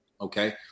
Okay